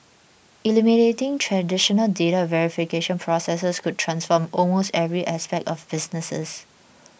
eliminating traditional data verification processes could transform almost every aspect of businesses